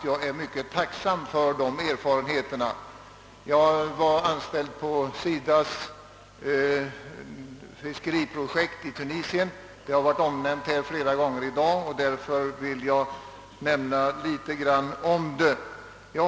Jag är mycket tacksam för dessa erfarenheter. Jag var anställd på SIDA:s fiskeriprojekt i Tunisien. Projektet har varit omnämnt flera gånger här i dag, och därför vill jag säga något om det.